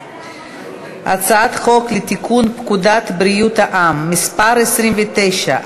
הצעת חוק לתיקון פקודת בריאות העם (מס' 29),